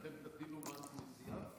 אתם תטילו מס נסועה?